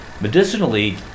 Medicinally